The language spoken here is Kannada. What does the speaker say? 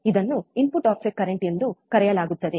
ಇದನ್ನು ಇನ್ಪುಟ್ ಆಫ್ಸೆಟ್ ಕರೆಂಟ್ ಎಂದು ಕರೆಯಲಾಗುತ್ತದೆ